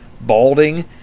balding